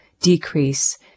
decrease